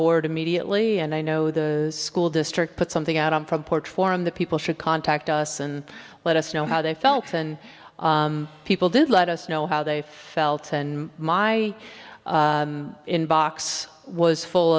board immediately and i know the school district put something out on proport forum that people should contact us and let us know how they felt and people did let us know how they felt and my inbox was full